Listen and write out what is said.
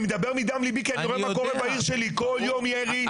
אני מדבר מדם לבי כי אני רואה מה קורה בעיר שלי כל יום ירי,